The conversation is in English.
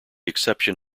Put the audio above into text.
exception